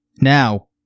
Now